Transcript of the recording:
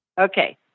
Okay